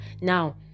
Now